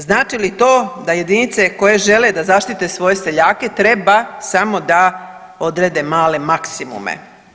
Znači li to da jedinice koje žele da zaštite svoje seljake treba samo da odredbe male maksimume?